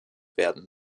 werden